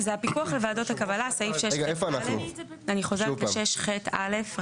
זה הפיקוח על ועדות הקבלה, סעיף 6ח(א).